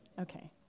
Okay